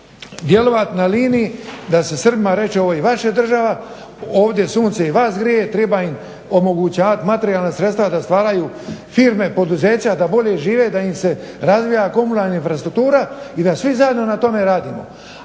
da se Srbima reče ovo je i vaša država, ovdje sunce i vas grije, treba im omogućavati materijalna sredstva da stvaraju firme, poduzeća, da bolje žive da im se razvija komunalna infrastruktura i da svi zajedno na tome radimo.